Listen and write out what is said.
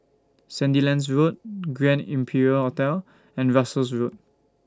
Sandilands Road Grand Imperial Hotel and Russels Road